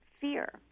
fear